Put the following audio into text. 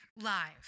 live